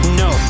no